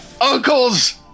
Uncle's